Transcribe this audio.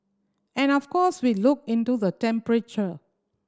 and of course we look into the temperature